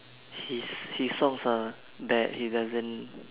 his his songs are bad he doesn't